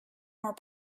more